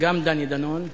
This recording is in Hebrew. גם דני דנון,